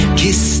kiss